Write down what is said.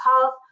health